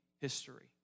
history